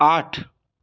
आठ